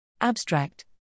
Abstract